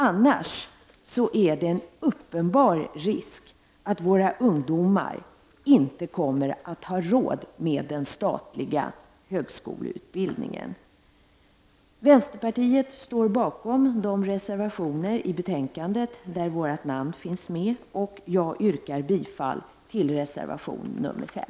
Annars är det en uppenbar risk att våra ungdomar inte kommer att ha råd med den statliga högskoleutbildningen. Vänsterpartiet står bakom de reservationer i betänkandet där vårt namn finns med, och jag yrkar bifall till reservation 5.